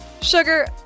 Sugar